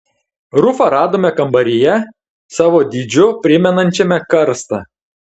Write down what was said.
rufą radome kambaryje savo dydžiu primenančiame karstą